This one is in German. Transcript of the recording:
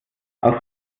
aus